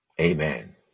Amen